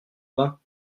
vin